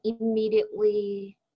immediately